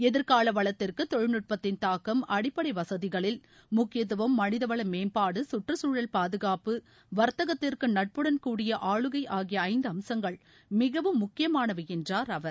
எதிர்கால வளத்திற்கு தொழில்நுட்பத்தின் தாக்கம் அடிப்படை வசதிகளில் முக்கியத்துவம் மனிதவள மேம்பாடு கற்றக்குழல் பாதுகாப்பு வர்த்தகத்திற்கு நட்புடன் கூடிய ஆளுகை ஆகிய ஐந்து அம்சங்கள் மிகவும் முக்கியமானவை என்றாார் அவர்